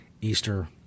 Easter